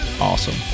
Awesome